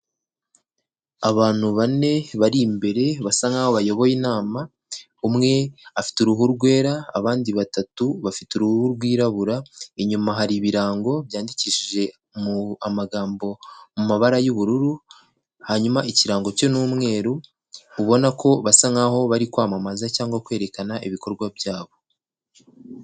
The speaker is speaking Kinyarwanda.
Abantu bane, bari imbere, basa nk'aho bayoboye inama, umwe afite uruhu rwera, abandi batatu bafite uruhu rwirabura, inyuma hari ibirango byandikishije amagambo mu mabara y'ubururu, hanyuma ikirango cyo ni umweru, ubona ko basa nk'aho bari kwamamaza cyangwa kwerekana ibikorwa byabo.